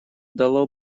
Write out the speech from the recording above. дало